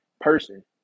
person